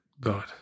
God